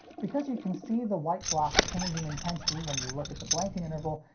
because you can see the white blocks change in intensity when you look at the blanking interval,